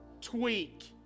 tweak